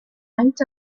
went